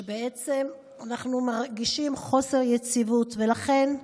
כשבעצם אנחנו מרגישים חוסר יציבות, ולכן,